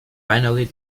finally